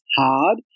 hard